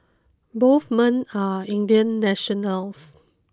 both men are Indian nationals